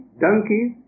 donkeys